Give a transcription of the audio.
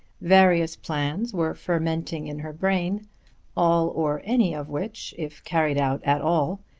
various plans were fermenting in her brain all, or any of which, if carried out at all,